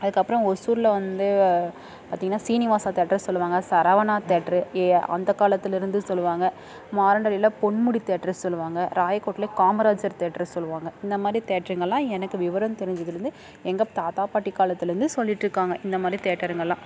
அதுக்கப்புறம் ஒசூரில் வந்து பார்த்திங்கன்னா சீனிவாசா தேட்ரை சொல்லுவாங்க சரவணா தேட்ரு ஏ அந்த காலத்துலேருந்து சொல்லுவாங்க மாரண்டள்ளில பொன்முடி தேட்ரு சொல்லுவாங்க ராயக்கோட்டில் காமராஜர் தேட்ரு சொல்லுவாங்க இந்தமாதிரி தேட்ருங்கள்லாம் எனக்கு விவரம் தெரிஞ்சுதுலேந்து எங்கள் தாத்தா பாட்டி காலத்துலேந்தே சொல்லியிட்ருக்காங்க இந்தமாதிரி தேட்டருங்கள்லாம்